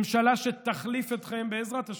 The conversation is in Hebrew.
ממשלה שתחליף אתכם, בעזרת השם,